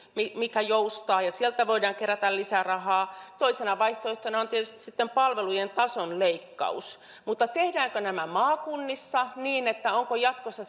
mikä joustaa ja sieltä voidaan kerätä lisää rahaa toisena vaihtoehtona on tietysti sitten palvelujen tason leikkaus mutta tehdäänkö nämä maakunnissa onko jatkossa